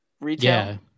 retail